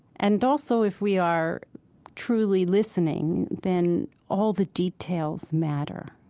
and also, if we are truly listening, then all the details matter.